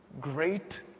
great